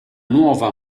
nuova